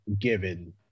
given